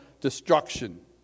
destruction